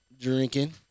drinking